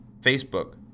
Facebook